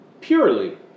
purely